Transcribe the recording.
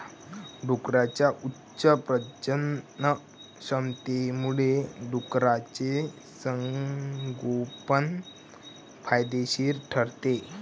डुकरांच्या उच्च प्रजननक्षमतेमुळे डुकराचे संगोपन फायदेशीर ठरते